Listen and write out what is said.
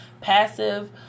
Passive